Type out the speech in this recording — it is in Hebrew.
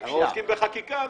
הם עוסקים בחקיקה.